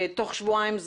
תוך שבועיים.